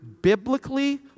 biblically